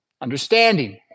understanding